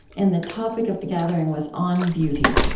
and the topic of the gathering was on beauty.